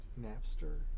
Napster